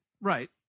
right